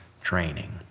training